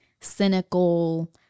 Cynical